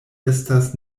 estas